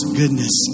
goodness